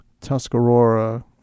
tuscarora